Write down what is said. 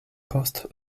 post